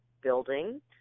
building